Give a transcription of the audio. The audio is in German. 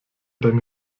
dann